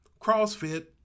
CrossFit